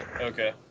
Okay